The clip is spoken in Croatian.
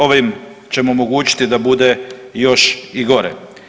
Ovim ćemo omogućiti da bude još i gore.